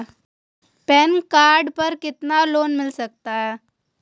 Pan card पर कितना loan मिल सकता है?